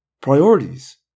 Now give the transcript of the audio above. Priorities